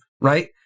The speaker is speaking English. right